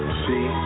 see